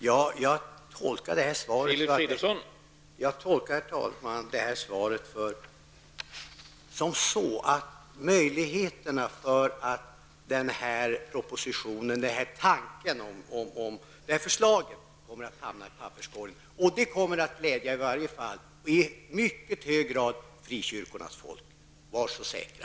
Herr talman! Jag tolkar svaret som att förslaget kommer att hamna i papperskorgen, vilket i mycket hög grad kommer att glädja åtminstone frikyrkornas folk, var så säkra!